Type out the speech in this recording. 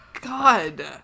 God